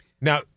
Now